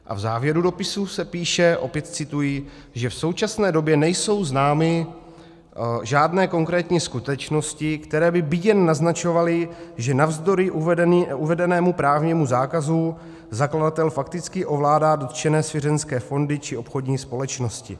A v závěru dopisu se píše, opět cituji, že v současné době nejsou známy žádné konkrétní skutečnosti, které by byť jen naznačovaly, že navzdory uvedenému právnímu zákazu zakladatel fakticky ovládá dotčené svěřenské fondy či obchodní společnosti.